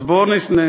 אז בוא נתפלל.